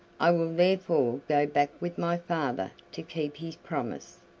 i will therefore go back with my father to keep his promise.